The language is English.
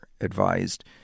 advised